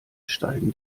steigen